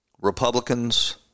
Republicans